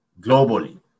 globally